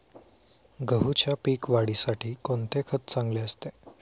गहूच्या पीक वाढीसाठी कोणते खत चांगले असते?